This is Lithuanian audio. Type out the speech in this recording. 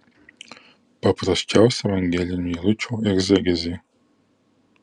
paprasčiausia evangelinių eilučių egzegezė